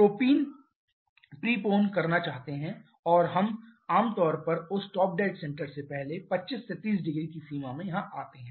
prepone करना चाहते हैं और हम आम तौर पर उस टॉप डेड सेंटर से पहले 25 से 300 की सीमा में यहां आते हैं